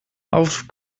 auf